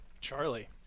Charlie